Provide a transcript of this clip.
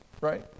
right